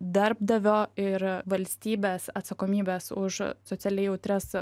darbdavio ir valstybės atsakomybės už socialiai jautrias